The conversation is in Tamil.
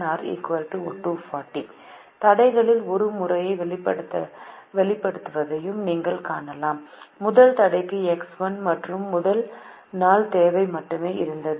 1≥240 தடைகளில் ஒரு முறை வெளிப்படுவதையும் நீங்கள் காணலாம் முதல் தடைக்கு எக்ஸ் 1 மற்றும் முதல் நாள் தேவை மட்டுமே இருந்தது